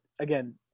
again